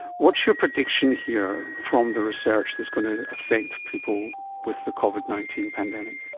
what's your prediction here from the research that's going to affect people with the covid nineteen pandemic?